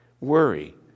Worry